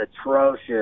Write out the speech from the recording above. atrocious